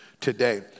today